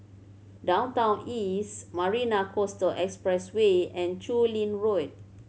Downtown East Marina Coastal Expressway and Chu Lin Road